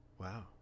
Wow